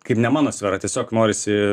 kaip ne mano sfera tiesiog norisi